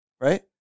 Right